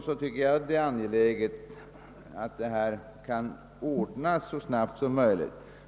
Det är alltså angeläget att detta problem kan lösas så snabbt som möjligt.